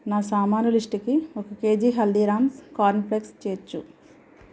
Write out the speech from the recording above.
నా సామాను లిస్టుకి ఒక కేజీ హల్దీరామ్స్ కార్న్ ఫ్లేక్స్ చేర్చు